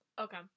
Okay